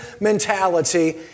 mentality